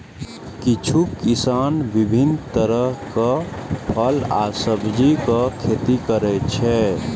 किछु किसान विभिन्न तरहक फल आ सब्जीक खेती करै छै